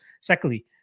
secondly